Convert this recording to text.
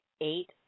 eight